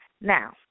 Now